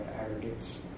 aggregates